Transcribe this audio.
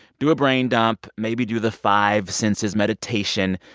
do a brain dump. maybe do the five senses meditation.